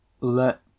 Let